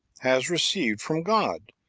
has received from god,